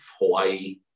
Hawaii